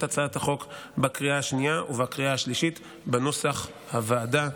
הצעת החוק בקריאה השנייה ובקריאה השלישית כנוסח הוועדה.